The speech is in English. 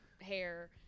hair